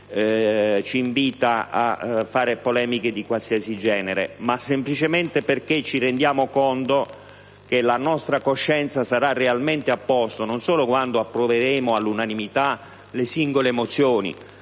ci invitano a fare polemiche di qualsiasi genere, ma semplicemente perché ci rendiamo conto che la nostra coscienza sarà realmente a posto non solo quando approveremo all'unanimità le singole mozioni,